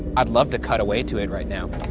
i'd love to cut away to it right now.